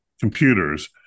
computers